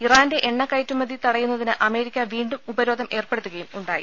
ഇറാന്റെ എണ്ണക്കയറ്റുമതി തടയുന്നതിന് അമേരിക്ക വീണ്ടും ഉപരോധം ഏർപ്പെടുത്തുകയും ഉണ്ടായി